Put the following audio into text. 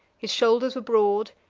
his shoulders were broad,